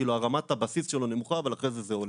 רמת הבסיס שלו נמוכה אבל אחרי זה זה עולה.